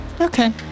Okay